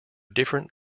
different